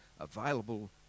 available